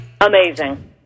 Amazing